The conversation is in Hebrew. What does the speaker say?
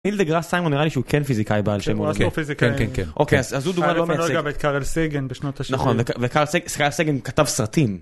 ניל דה גראס סיימון, נראה לי שהוא כן פיזיקאי בעל שם עולמי. כן, הוא אסטרופיזיקאי. אוקיי, אז הוא דוגמה לא מייצגת. וגם את קארל סייגן בשנות השבעים. נכון, וקארל סייגן כתב סרטים.